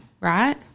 Right